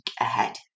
ahead